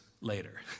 later